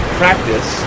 practice